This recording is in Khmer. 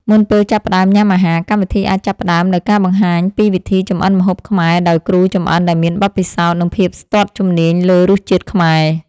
មុនពេលចាប់ផ្ដើមញ៉ាំអាហារ កម្មវិធីអាចចាប់ផ្តើមដោយការបង្ហាញពីវិធីចម្អិនម្ហូបខ្មែរដោយគ្រូចម្អិនដែលមានបទពិសោធន៍ និងភាពស្ទាត់ជំនាញលើរសជាតិខ្មែរ។